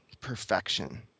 perfection